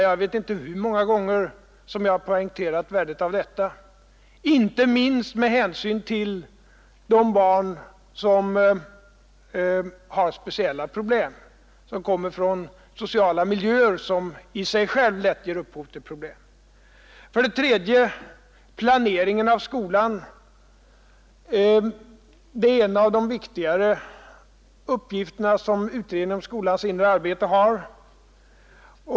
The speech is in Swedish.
Jag vet inte hur många gånger jag har poängterat värdet av ett sådant samarbete, inte minst med hänsyn till de barn som har speciella problem och kommer från sociala miljöer som i sig själva lätt ger upphov till problem. Den tredje punkten gällde planeringen av skolans verksamhet. Det är en av de viktigare uppgifterna som utredningen om skolans inre arbete har.